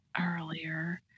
earlier